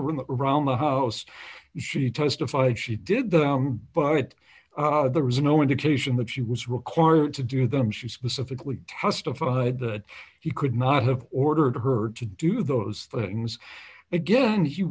room around the house she testified she did that but there was no indication that she was required to do them she specifically testified that he could not have ordered her to do those things again